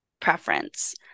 preference